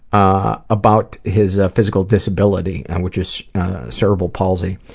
ah about his ah physical disability, and which is cerebral palsy,